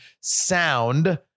sound